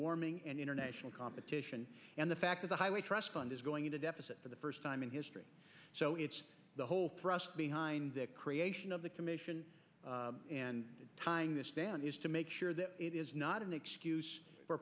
warming and international competition and the fact of the highway trust fund is going into deficit for the first time in history so it's the whole thrust behind the creation of the commission tying this stand is to make sure that it is not an excuse for